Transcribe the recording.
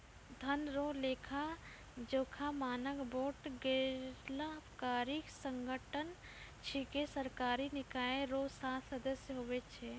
धन रो लेखाजोखा मानक बोर्ड गैरलाभकारी संगठन छिकै सरकारी निकाय रो सात सदस्य हुवै छै